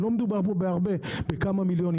לא מדובר פה בהרבה אלא בכמה מיליונים.